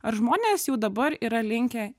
ar žmonės jau dabar yra linkę